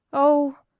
oh